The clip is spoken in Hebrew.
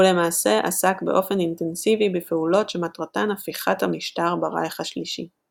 ולמעשה עסק באופן אינטנסיבי בפעולות שמטרתן הפיכת המשטר ברייך השלישי.